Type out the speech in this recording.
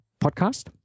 podcast